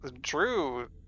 drew